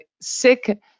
Sick